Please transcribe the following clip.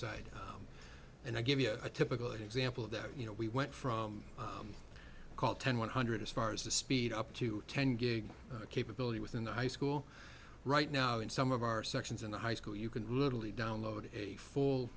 side and i give you a typical example of that you know we went from call ten one hundred as far as the speed up to ten gig capability within the high school right now in some of our sections in the high school you can literally download a f